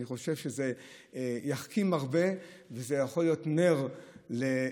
אני חושב שזה יחכים הרבה וזה יכול להיות נר לרבים.